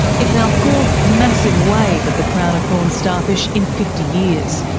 it's our fourth massive wave of the crown-of-thorns starfish in fifty years,